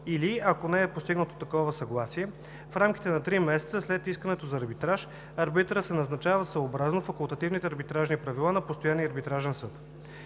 или ако не е постигнато такова съгласие в рамките на три месеца след искането за арбитраж, арбитърът се назначава съобразно факултативните арбитражни правила на Постоянния арбитражен съд.